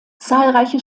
zahlreiche